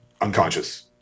unconscious